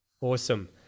Awesome